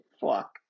Fuck